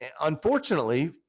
Unfortunately